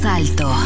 alto